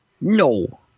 No